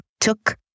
took